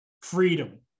freedom